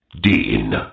Dean